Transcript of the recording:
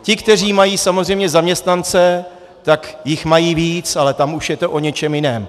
Ti, kteří mají samozřejmě zaměstnance, jich mají víc, ale tam už je to o něčem jiném.